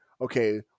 okay